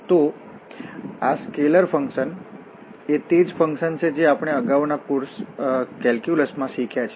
તો આ scalar function એ તે જ ફંકશન છે જે આપણે અગાઉના કોર્સ કેલ્ક્યુલસમાં શીખ્યા છે